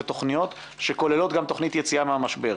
ותוכניות שכוללות גם תוכנית יציאה מהמשבר.